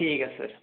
ठीक ऐ सर